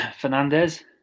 Fernandez